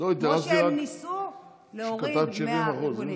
כמו שהם ניסו להוריד מהאחרונים.